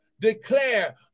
Declare